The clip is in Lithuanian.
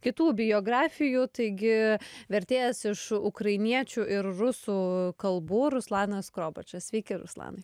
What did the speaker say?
kitų biografijų taigi vertėjas iš ukrainiečių ir rusų kalbų ruslanas skrobačas sveiki ruslanai